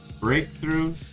breakthrough